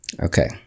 Okay